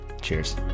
cheers